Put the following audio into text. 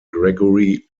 gregory